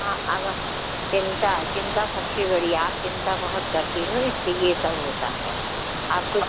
हाँ अवा चिन्ता चिन्ता सबसे बड़ी आप चिन्ता बहुत करती हो इसलिए यह सब होता है आपको